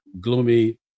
gloomy